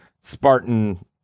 Spartan